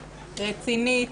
רצינית,